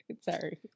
Sorry